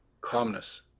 calmness